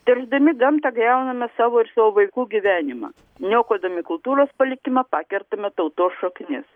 teršdami gamtą griauname savo ir savo vaikų gyvenimą niokodami kultūros palikimą pakertame tautos šaknis